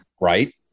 right